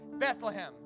Bethlehem